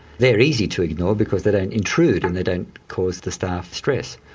they're easy to ignore because they don't intrude and they don't cause the staff stress.